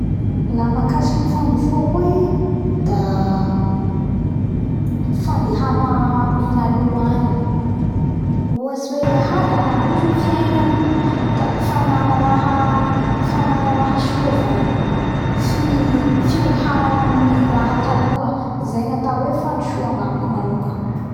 La mahakasiky ny fandrosoa koa i da fandehana aloa agny ohatsy hoe la nandroso ny fiaignany da fanana fanana raha soa zany fi fiohara ny raha taloha zay gnatao hoe fandrosoa la agnamiko manoka